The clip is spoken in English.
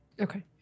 Okay